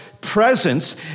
presence